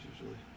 usually